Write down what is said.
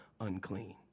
unclean